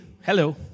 Hello